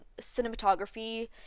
cinematography